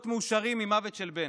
להיות מאושרים ממוות של בן.